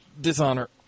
dishonor